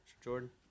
Jordan